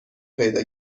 پیدا